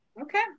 Okay